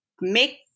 Make